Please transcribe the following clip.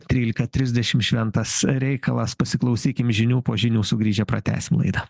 trylika trisdešimt šventas reikalas pasiklausykim žinių po žinių sugrįžę pratęsim laidą